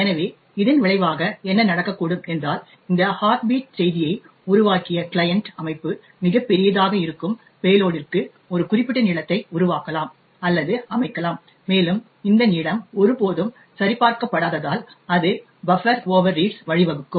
எனவே இதன் விளைவாக என்ன நடக்கக்கூடும் என்றால் இந்த ஹார்ட் பீட் செய்தியை உருவாக்கிய கிளையன்ட் அமைப்பு மிகப் பெரியதாக இருக்கும் பேலோடிற்கு ஒரு குறிப்பிட்ட நீளத்தை உருவாக்கலாம் அல்லது அமைக்கலாம் மேலும் இந்த நீளம் ஒருபோதும் சரிபார்க்கப்படாததால் அது பஃப்பர் ஓவர்ரீட்ஸ் வழிவகுக்கும்